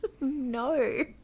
No